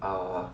啊